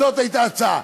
זאת הייתה ההצעה.